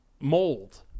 mold